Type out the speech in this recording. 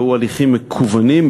והוא הליכים מקוונים,